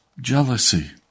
jealousy